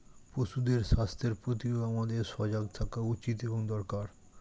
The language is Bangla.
পশুদের স্বাস্থ্যের প্রতিও আমাদের সজাগ থাকা উচিত এবং দরকার